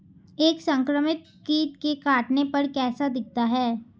एक संक्रमित कीट के काटने पर कैसा दिखता है?